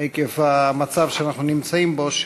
עקב המצב שאנחנו נמצאים בו,